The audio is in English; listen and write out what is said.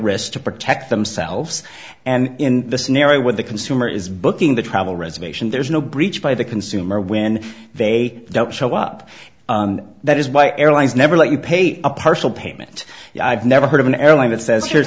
risk to protect themselves and in the scenario when the consumer is booking the travel reservation there's no breach by the consumer when they don't show up that is why airlines never let you pay a partial payment i've never heard of an airline that says